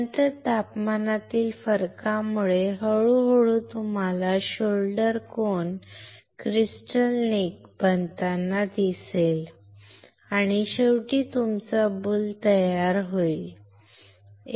नंतर तापमानातील फरकामुळे हळूहळू तुम्हाला शोल्डर कोण क्रिस्टल नेक बनताना दिसेल आणि शेवटी तुमचा बुल तयार होण्यास सुरुवात होईल